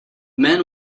man